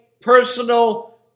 personal